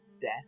death